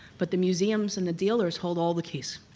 but the museums and the dealers hold all the keys.